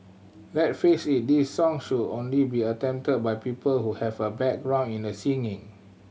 let face it this song should only be attempted by people who have a background in the singing